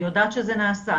אני יודעת שזה נעשה,